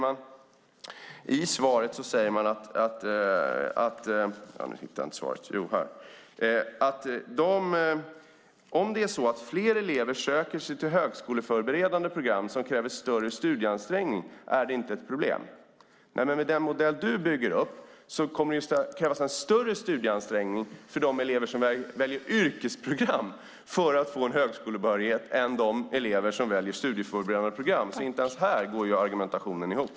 Av svaret framgick att om det är så att fler elever söker sig till högskoleförberedande program, som kräver större studieansträngning, är det inte ett problem. Med den modell som du bygger upp kommer det att krävas en större studieansträngning för de elever som väljer yrkesprogram för att få högskolebehörighet än för de elever som väljer studieförberedande program. Inte ens här går argumentationen ihop.